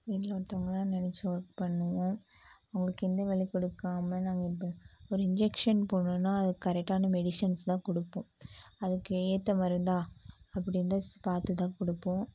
எங்களில் ஒருத்தவங்களா நெனச்சு ஒர்க் பண்ணுவோம் அவங்குளுக்கு எந்த வேலையும் கொடுக்காம நாங்கள் இது பண்ண ஒரு இன்ஜெக்ஷன் போடணுனா அது கரெட்டான மெடிஷன்ஸ்தான் கொடுப்போம் அதுக்கு ஏற்ற மருந்தா அப்படி இருந்தால் பார்த்துதான் கொடுப்போம்